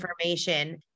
information